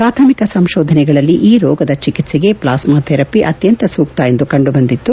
ಪ್ರಾಥಮಿಕ ಸಂಶೋಧನೆಗಳಲ್ಲಿ ಈ ರೋಗದ ಚಿಕಿತ್ಸೆಗೆ ಪ್ಲಾಸ್ಡಾ ಥೆರಪ ಅತ್ಯಂತ ಸೂಕ್ತ ಎಂದು ಕಂಡುಬಂದಿತ್ತು